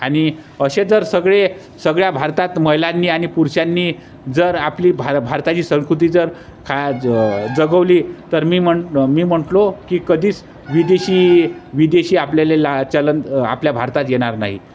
आणि असे जर सगळे सगळ्या भारतात महिलांनी आणि पुरषांनी जर आपली भा भारताची संस्कृती जर खा जगवली तर मी म्हण मी म्हटलो की कधीच विदेशी विदेशी आपल्याले ला चलन आपल्या भारतात येणार नाही